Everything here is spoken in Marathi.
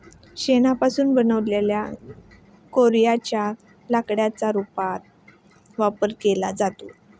शेणापासून बनवलेल्या गौर्यांच्या लाकडाच्या रूपात वापर केला जातो